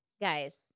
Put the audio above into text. Guys